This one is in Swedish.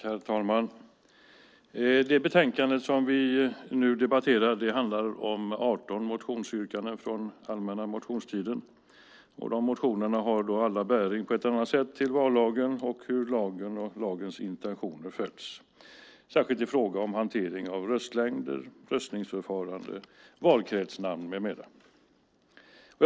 Herr talman! Det betänkande som vi nu debatterar handlar om 18 motionsyrkanden från allmänna motionstiden. De motionerna har alla på ett eller annat sätt bäring på vallagen och hur lagens intentioner följs, särskilt i fråga om hantering av röstlängder, röstningsförfaranden, valkretsnamn med mera. Herr talman!